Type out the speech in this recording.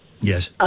Yes